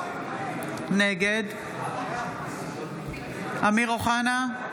נגד אמיר אוחנה,